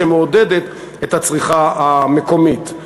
שמעודדת את הצריכה המקומית.